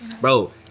Bro